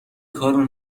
کارو